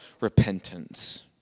repentance